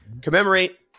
Commemorate